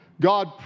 God